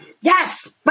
Yes